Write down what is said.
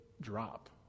drop